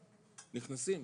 נכנסים,